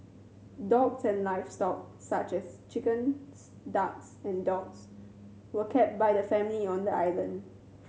dogs and livestock such as chickens ducks and dogs were kept by the family on the island